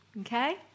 Okay